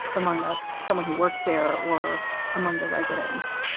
among ah someone who works there were among the residents.